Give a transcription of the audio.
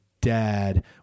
dad